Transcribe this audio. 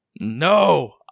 No